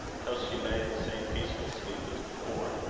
till she lay in the same peaceful sleep as before.